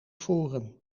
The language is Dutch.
forum